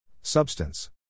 Substance